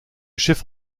chef